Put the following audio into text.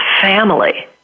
family